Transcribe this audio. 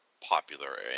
Popular